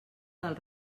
del